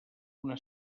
una